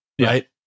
Right